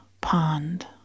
pond